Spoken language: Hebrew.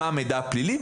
מה המידע הפלילי,